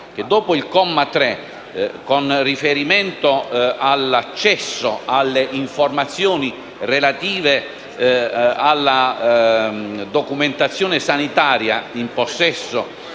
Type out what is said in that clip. - dopo il comma 3, con riferimento all'accesso alle informazioni relative alla documentazione sanitaria in possesso